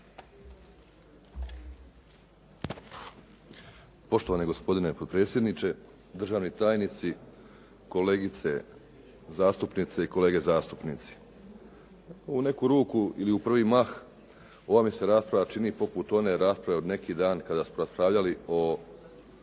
Poštovani gospodine potpredsjedniče, državni tajnici, kolegice zastupnice i kolege zastupnici. U neku ruku ili u prvi mah, ova mi se rasprava čini poput one rasprave od neki dan kada smo raspravljali o